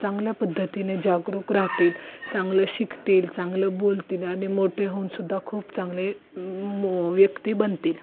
चांगल्या पद्धतीने जागरूक राहतील चांगलं शिकतील चांगलं बोलतील आणि मोठे होऊनसुद्धा खूप चांगले व्यक्ती बनतील